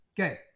Okay